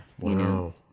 Wow